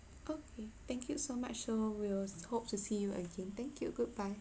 okay thank you so much so we'll hope to see you again thank you goodbye